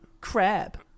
crab